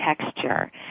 texture